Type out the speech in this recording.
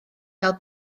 gael